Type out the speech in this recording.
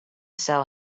sell